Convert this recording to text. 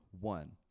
one